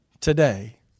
today